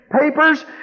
papers